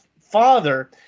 father